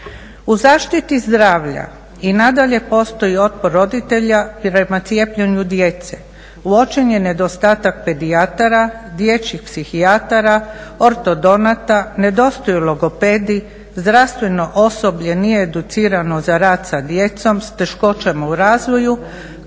U zaštiti zdravlja i nadalje postoji otpor roditelja prema cijepljenu djece, uočen je nedostatak pedijatara, dječjih psihijatara, ortodonata, nedostaju logopedi, zdravstveno osoblje nije educirano za rad sa djecom s teškoćama u razvoju